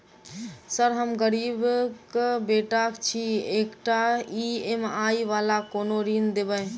Sir हम गरीबक बेटा छी एकटा ई.एम.आई वला कोनो ऋण देबै?